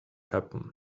happen